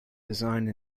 designed